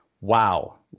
Wow